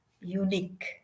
unique